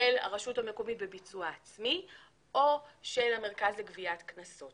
הרשות המקומית בביצוע עצמי או של המרכז לגביית קנסות.